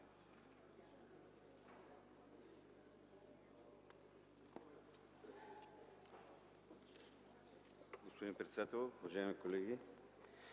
господин председател, уважаеми дами